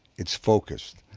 it's focused,